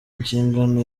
inshingano